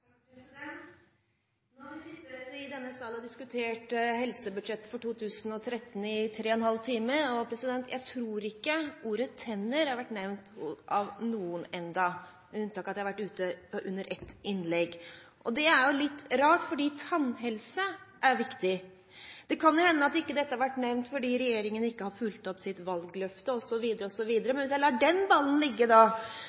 Nå har vi sittet i denne sal og diskutert helsebudsjettet for 2013 i tre og en halv time, og jeg tror ikke – med unntak av at jeg har vært ute under ett innlegg – at ordet «tenner» har vært nevnt av noen ennå. Det er jo litt rart, for tannhelse er viktig. Det kan jo hende at dette ikke har vært nevnt fordi regjeringen ikke har fulgt opp sitt